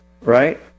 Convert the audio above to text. Right